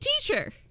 teacher